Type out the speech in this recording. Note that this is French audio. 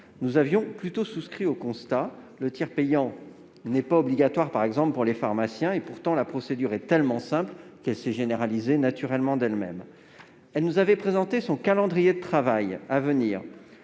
Nous avions plutôt souscrit au constat. Le tiers payant n'est pas obligatoire, par exemple, pour les pharmaciens ; pourtant, la procédure est si simple qu'elle s'est naturellement généralisée. La ministre nous avait présenté son calendrier de travail à venir,